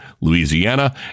Louisiana